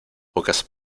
pocas